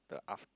the aft~